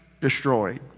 destroyed